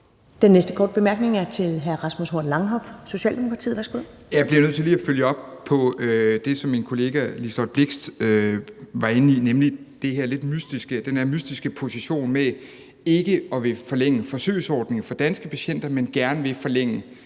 næste korte bemærkning er til hr. Rasmus Horn Langhoff, Socialdemokratiet. Værsgo. Kl. 10:49 Rasmus Horn Langhoff (S): Jeg bliver nødt til lige at følge op på det, som min kollega Liselott Blixt var inde på, nemlig den her lidt mystiske position, hvor man ikke vil forlænge forsøgsordningen for danske patienter, men gerne vil forlænge